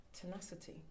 tenacity